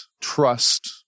trust